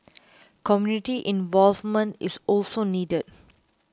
community involvement is also needed